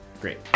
Great